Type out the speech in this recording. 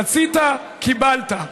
רצית, קיבלת.